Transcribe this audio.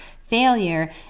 failure